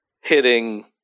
hitting